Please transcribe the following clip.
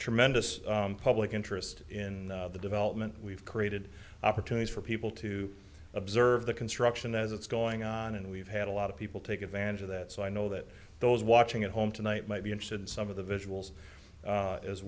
tremendous public interest in the development we've created opportunities for people to observe the construction as it's going on and we've had a lot of people take advantage of that so i know that those watching at home tonight might be interested in some of the visuals